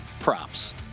Props